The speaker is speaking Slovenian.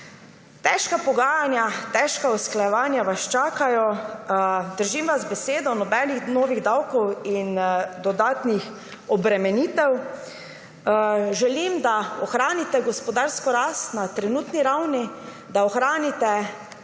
Težka pogajanja, težka usklajevanja vas čakajo. Držim vas za besedo, nobenih novih davkov in dodatnih obremenitev. Želim, da ohranite gospodarsko rast na trenutni ravni, da ohranite stopnjo